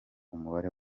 umubare